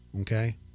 okay